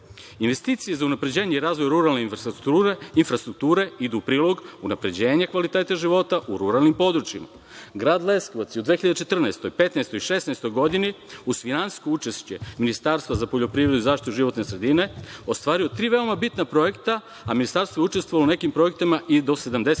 Investicije za unapređenje i razvoj ruralne infrastrukture idu u prilog unapređenju kvaliteta života u ruralnim područjima. Grad Leskovac je u 2014, 2015. i 2016. godini uz finansijsko učešće Ministarstva za poljoprivredu i zaštitu životne sredine, ostvario tri veoma bitna projekta, a ministarstvo je učestvovalo u nekim projektima i do